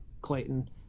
Clayton